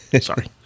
Sorry